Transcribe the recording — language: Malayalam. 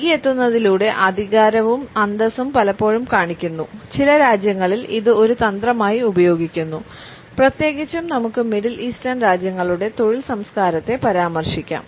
വൈകി എത്തുന്നതിലൂടെ അധികാരവും അന്തസ്സും പലപ്പോഴും കാണിക്കുന്നു ചില രാജ്യങ്ങളിൽ ഇത് ഒരു തന്ത്രമായി ഉപയോഗിക്കുന്നു പ്രത്യേകിച്ചും നമുക്ക് മിഡിൽ ഈസ്റ്റേൺ രാജ്യങ്ങളുടെ തൊഴിൽ സംസ്കാരത്തെ പരാമർശിക്കാം